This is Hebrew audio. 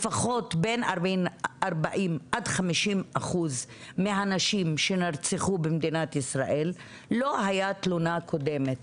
לפחות בין 40% עד 50% מהנשים שנרצחו במדינת ישראל לא הייתה תלונה קודמת.